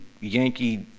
Yankee